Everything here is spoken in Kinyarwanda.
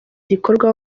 gikorwa